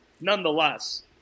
nonetheless